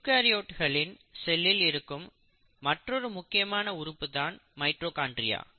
யூகரியோட்களின் செல்லில் இருக்கும் மற்றொரு முக்கியமான உறுப்புதான் மைட்டோகாண்ட்ரியா